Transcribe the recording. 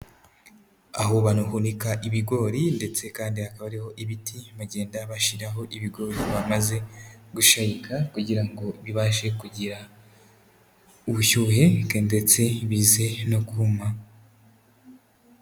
Aho bahunika ibigori ndetse kandi hakaba ariho ibiti bagenda bashiraho ibigori bamaze gushabika, kugira ngo bibashe kugira ubushyuhe ndetse bize no kuma.